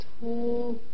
two